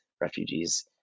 refugees